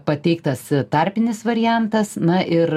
pateiktas tarpinis variantas na ir